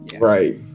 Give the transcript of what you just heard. Right